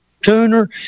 tuner